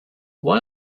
why